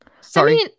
Sorry